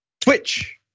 Twitch